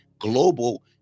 global